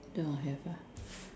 don't have ah